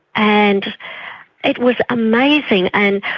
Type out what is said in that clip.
and it was amazing. and